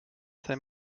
sei